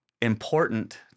important